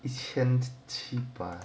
一千七百